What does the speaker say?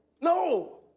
no